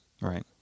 Right